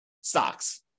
stocks